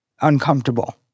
uncomfortable